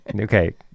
Okay